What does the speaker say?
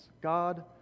God